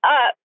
up